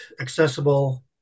accessible